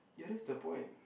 ya that's the point